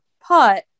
pot